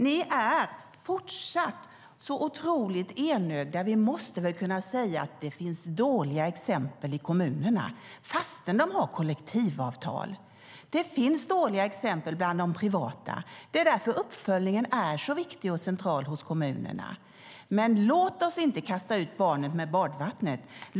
Ni är fortfarande otroligt enögda. Vi måste väl kunna säga att det finns dåliga exempel i kommunerna fast de har kollektivavtal. Det finns dåliga exempel bland de privata. Det är därför uppföljningen är så viktig och central hos kommunerna. Men låt oss inte kasta ut barnet med badvattnet.